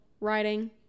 writing